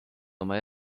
oma